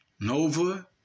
Nova